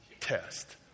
test